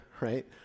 right